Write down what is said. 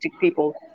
people